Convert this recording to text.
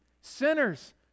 sinners